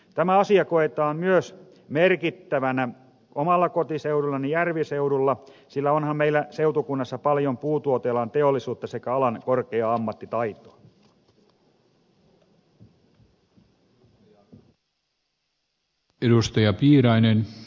tämä asia koetaan myös merkittävänä omalla kotiseudullani järviseudulla sillä onhan meillä seutukunnassa paljon puutuotealan teollisuutta sekä alan korkeaa ammattitaitoa